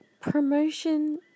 promotion